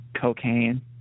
cocaine